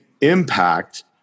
impact